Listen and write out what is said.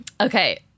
Okay